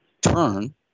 turn